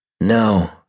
No